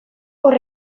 hor